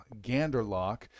Ganderlock